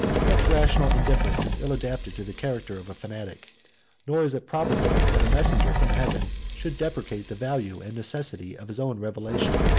such rational indifference is ill adapted to the character of a fanatic nor is it probable that a messenger from heaven should depreciate the value and necessity of his own revelation.